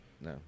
No